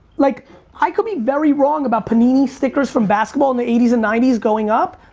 like i could be very wrong about panini stickers from basketball in the eighty s and ninety s going up.